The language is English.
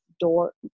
door